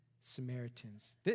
Samaritans